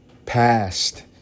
past